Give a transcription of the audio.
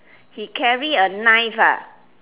he carry a knife ah